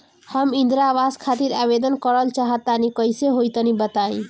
हम इंद्रा आवास खातिर आवेदन करल चाह तनि कइसे होई तनि बताई?